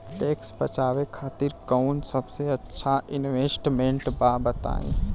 Tax बचावे खातिर कऊन सबसे अच्छा इन्वेस्टमेंट बा बताई?